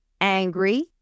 angry